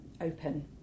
open